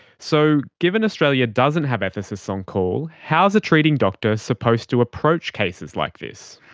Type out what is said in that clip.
so given australia doesn't have ethicists on call, how's a treating doctor supposed to approach cases like this?